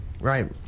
Right